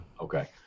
Okay